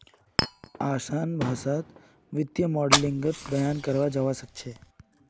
असान भाषात वित्तीय माडलिंगक बयान कराल जाबा सखछेक